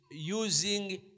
using